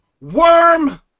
worm